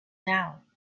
down